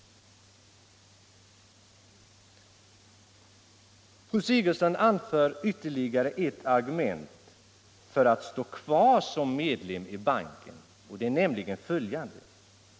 Fru Sigurdsen anför ytterligare ett argument för att Sverige skall stå kvar som medlem i banken.